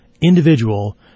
individual